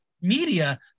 media